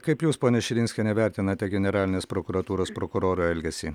kaip jūs ponia širinskiene vertinate generalinės prokuratūros prokuroro elgesį